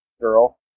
girl